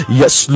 yes